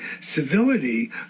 civility